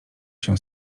się